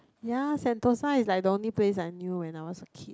ya Sentosa is the only place I knew as a kid